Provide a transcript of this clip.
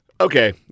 Okay